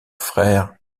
frère